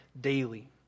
daily